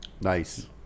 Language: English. Nice